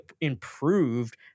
improved